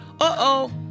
Uh-oh